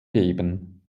geben